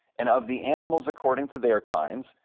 and of the animals according to their kinds,